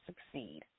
succeed